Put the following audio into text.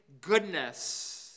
goodness